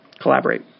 collaborate